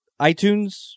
iTunes